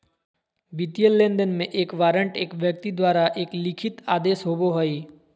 वित्तीय लेनदेन में, एक वारंट एक व्यक्ति द्वारा एक लिखित आदेश होबो हइ